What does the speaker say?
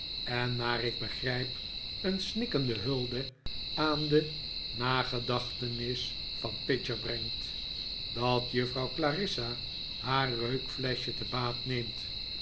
en naar ik begrijp een snikkende hulde aan de nagedachtenis van pidger brengt dat juffrouw clarissa haar reukfleschje te baat neemt